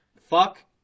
fuck